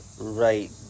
right